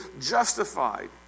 justified